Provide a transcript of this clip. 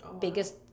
biggest